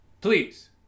please